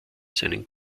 seinen